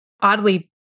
oddly